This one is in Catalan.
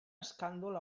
escàndol